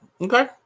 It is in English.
Okay